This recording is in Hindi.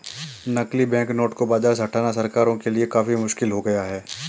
नकली बैंकनोट को बाज़ार से हटाना सरकारों के लिए काफी मुश्किल हो गया है